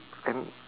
and